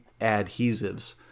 adhesives